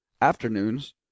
afternoons